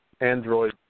Android